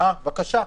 בבקשה.